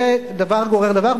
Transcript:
ודבר גורר דבר,